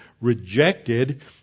rejected